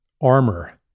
armor